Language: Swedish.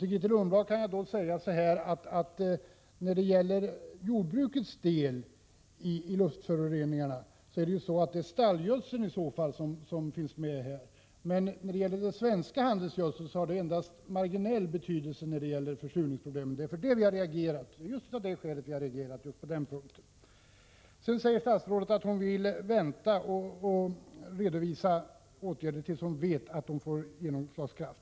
Till Grethe Lundblad kan jag säga att när det gäller jordbrukets del i luftföroreningen är främst stallgödseln aktuell. Den svenska handelsgödseln däremot har endast marginell betydelse för försurningsproblemen. Det är just av det skälet vi har reagerat på just den punkten. Statsrådet säger att hon vill vänta med att redovisa åtgärder tills hon vet att det får genomslagskraft.